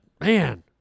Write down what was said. man